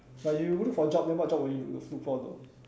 but you looking for job then what job would you look for though